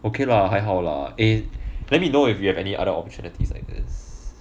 okay lah 还好 lah eh let me know if you have any other opportunities like this